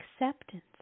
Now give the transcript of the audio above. acceptance